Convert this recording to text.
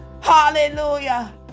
Hallelujah